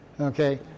okay